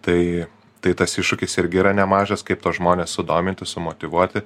tai tai tas iššūkis irgi yra nemažas kaip tuos žmones sudominti sumotyvuoti